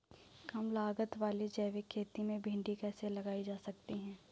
कम लागत वाली जैविक खेती में भिंडी कैसे लगाई जा सकती है?